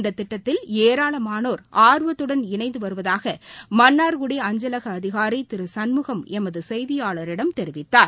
இந்த திட்ட்தில் ஏராளமாளோர் ஆர்வத்துடன் இணைந்து வருவதாக மன்னார்குடி அஞ்சலக அதிகாரி திரு சண்முகம் எமது செய்தியாளரிடம் தெரிவித்தார்